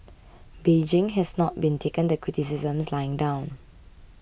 Beijing has not been taken the criticisms lying down